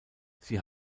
sie